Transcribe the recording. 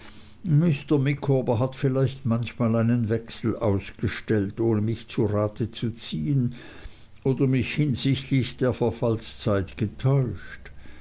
micawber hat vielleicht manchmal einen wechsel ausgestellt ohne mich zu rate zu ziehen oder mich hinsichtlich der verfallzeit getäuscht